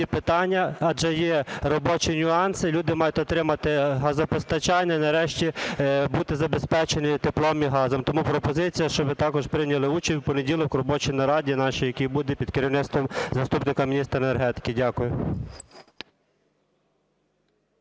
питання, адже є робочі нюанси. Люди мають отримати газопостачання і нарешті бути забезпечені теплом і газом. Тому пропозиція, щоб ви також прийняли участь в понеділок у робочій нараді нашій, яка буде під керівництвом заступника міністра енергетики. Дякую.